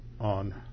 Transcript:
on